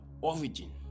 origin